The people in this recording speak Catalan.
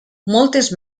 moltes